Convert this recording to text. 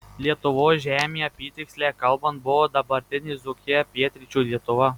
lietuvos žemė apytiksliai kalbant buvo dabartinė dzūkija pietryčių lietuva